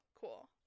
cool